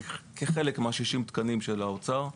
כחלק מ-60 התקנים של האוצר.